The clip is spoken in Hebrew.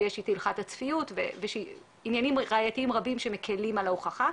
יש את הלכת הצפיות ועניינים ראייתיים רבים רבים שמקלים על ההוכחה,